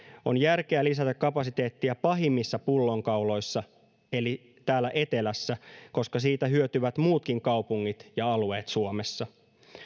on järkeä lisätä kapasiteettia pahimmissa pullonkauloissa eli täällä etelässä koska siitä hyötyvät muutkin kaupungit ja alueet suomessa